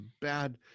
bad